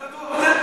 אתה בטוח בזה?